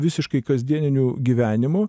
visiškai kasdieniniu gyvenimu